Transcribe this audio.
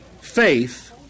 faith